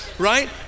right